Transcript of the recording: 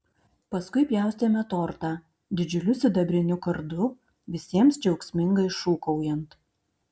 paskui pjaustėme tortą didžiuliu sidabriniu kardu visiems džiaugsmingai šūkaujant